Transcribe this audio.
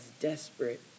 desperate